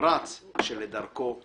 נמרץ שלדרכו אץ."